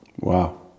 Wow